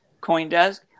Coindesk